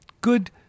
good